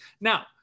Now